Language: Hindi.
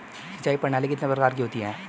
सिंचाई प्रणाली कितने प्रकार की होती हैं?